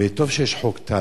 וטוב שיש חוק טל.